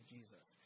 Jesus